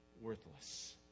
worthless